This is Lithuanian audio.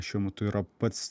šiuo metu yra pats